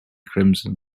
crimson